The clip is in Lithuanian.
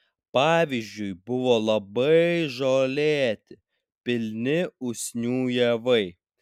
pavyzdžiui buvo labai žolėti pilni usnių javai